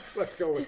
let's go with